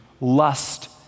lust